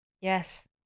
Yes